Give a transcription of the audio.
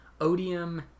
Odium